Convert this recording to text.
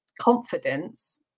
confidence